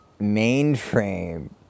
mainframe